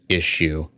issue